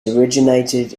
originated